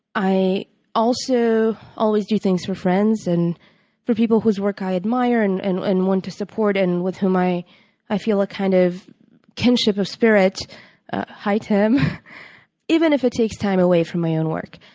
i also always do things for friends and for people whose work i admire, and and and want to support, and with whom i i feel a kind of kinship of spirit hi, tim even if it takes time away from my and work.